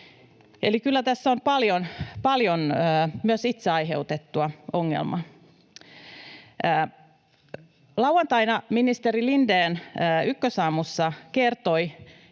Eli kyllä tässä on paljon myös itse aiheutettua ongelmaa. Lauantaina ministeri Lindén Ykkösaamussa kertoi